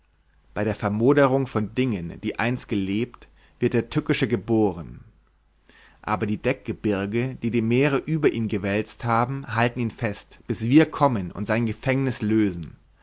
bei der vermoderung von dingen die einst gelebt wird der tückische geboren aber die deckgebirge die die meere über ihn gewälzt haben halten ihn fest bis wir kommen und sein gefängnis lösen